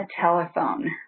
telephone